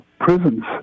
prisons